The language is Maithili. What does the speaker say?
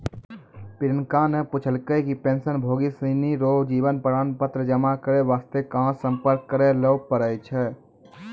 प्रियंका ने पूछलकै कि पेंशनभोगी सिनी रो जीवन प्रमाण पत्र जमा करय वास्ते कहां सम्पर्क करय लै पड़ै छै